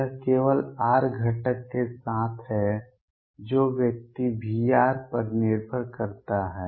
यह केवल r घटक के साथ है जो व्यक्ति V पर निर्भर करता है